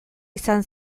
izan